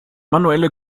manuelle